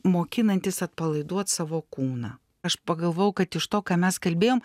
mokinantis atpalaiduot savo kūną aš pagalvojau kad iš to ką mes kalbėjom